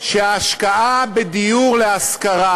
שהשקעה בדיור להשכרה